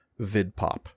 VidPop